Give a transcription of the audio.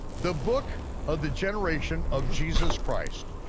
the book of the generation of jesus christ,